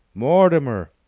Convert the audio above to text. mortimer!